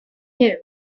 him